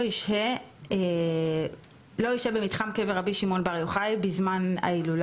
לא ישהה מי שמשכנו במירון במתחם קבר רבי שמעון בר יוחאי בזמן ההילולה,